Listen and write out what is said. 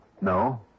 No